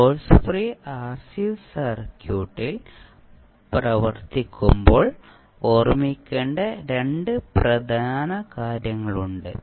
source free RC സർക്യൂട്ടിൽ പ്രവർത്തിക്കുമ്പോൾ ഓർമിക്കേണ്ട രണ്ട് പ്രധാന കാര്യങ്ങളുണ്ട്